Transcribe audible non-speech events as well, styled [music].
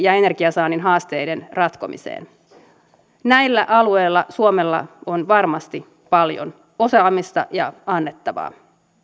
[unintelligible] ja energian saannin haasteiden ratkomiseen näillä alueilla suomella on varmasti paljon osaamista ja annettavaa